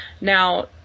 Now